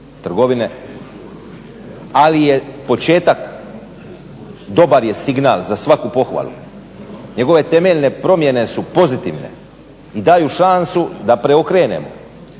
Ali je početak, dobar je signal za svaku pohvalu. Njegove temeljne promjene su pozitivne i daju šansu da preokrenemo